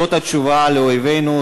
זאת התשובה לאויבינו,